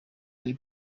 ari